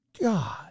God